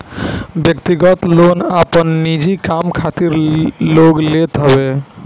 व्यक्तिगत लोन आपन निजी काम खातिर लोग लेत हवे